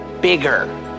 bigger